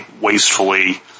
wastefully